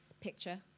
picture